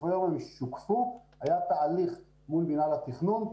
היה תהליך מול מינהל התכנון.